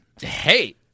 Hey